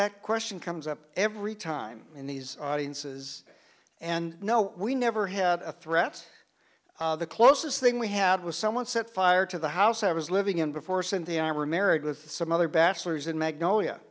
that question comes up every time in these audiences and no we never had a threat the closest thing we had was someone set fire to the house i was living in before cindy i remarried with some other bachelors in magnolia